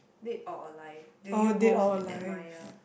dead or alive do you most admire